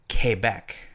Quebec